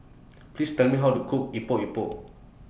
Please Tell Me How to Cook Epok Epok